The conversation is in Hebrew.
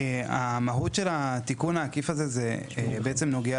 המהות של התיקון העקיף הזה בעצם נוגע